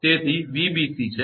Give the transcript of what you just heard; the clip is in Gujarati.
તેથી તે 𝑉𝑏𝑐 છે